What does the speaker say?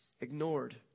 ignored